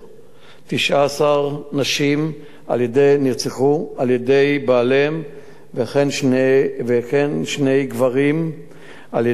19 נשים נרצחו על-ידי בעליהן וכן שני גברים על-ידי בנות-זוגם,